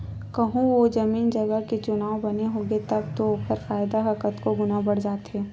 कहूँ ओ जमीन जगा के चुनाव बने होगे तब तो ओखर फायदा ह कतको गुना बड़ जाथे